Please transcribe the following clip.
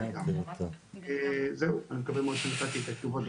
אני מקווה מאוד שנתתי את התשובות.